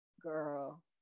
girl